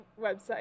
website